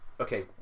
okay